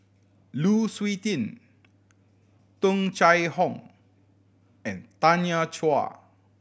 Lu Suitin Tung Chye Hong and Tanya Chua